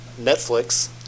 Netflix